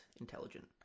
intelligent